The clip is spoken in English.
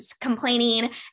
complaining